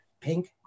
pink